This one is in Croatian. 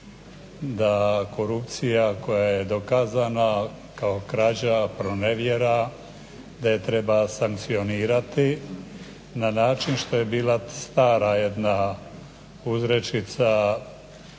da korupcija koja je dokazana kao krađa, pronevjera, da je treba sankcionirati na način što je bila stara jedna uzrečica